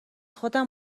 خودم